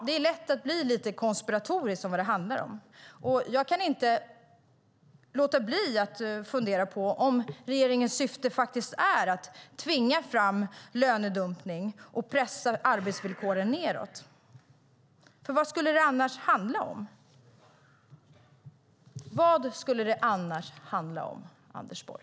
Det är lätt att bli lite konspiratorisk. Jag kan inte låta bli att fundera på om regeringens syfte faktiskt är att tvinga fram lönedumpning och pressa arbetsvillkoren nedåt. Vad skulle det annars handla om, Anders Borg?